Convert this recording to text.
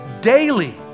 daily